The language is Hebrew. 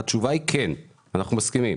התשובה היא כן אנחנו מסכימים.